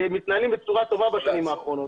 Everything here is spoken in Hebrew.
מתנהלים בצורה טובה בשנים האחרונות.